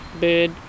bird